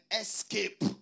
escape